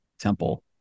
temple